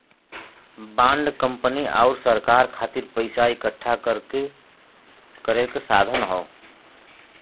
bond company आउर सरकार खातिर पइसा इकठ्ठा करे क साधन हौ